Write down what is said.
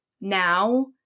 now